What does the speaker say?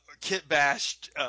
kit-bashed